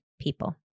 people